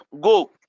go